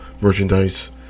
merchandise